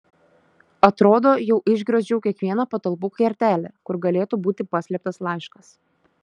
atrodo jau išgriozdžiau kiekvieną patalpų kertelę kur galėtų būti paslėptas laiškas